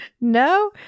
No